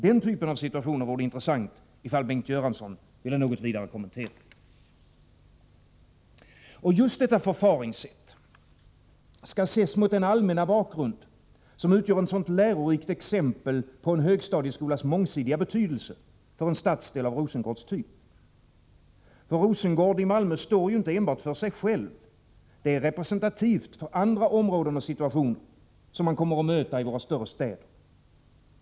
Den typen av situationer vore det intressant om Bengt Göransson ville kommentera. Just detta förfaringssätt skall ses mot den allmänna bakgrund som utgör ett så lärorikt exempel på en högstadieskolas mångsidiga betydelse för en stadsdel av Rosengårds typ. Rosengård i Malmö står ju inte enbart för sig självt — det är representativt för andra områden och situationer, som man kommer att möta i våra större städer.